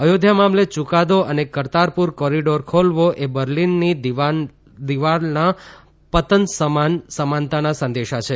અયોધ્યા મામલે યુકાદો અને કરતારપુર કોરિડોર ખોલવો એ બર્લિનની દિવાલના પતન સમાન સમાનતાના સંદેશા છે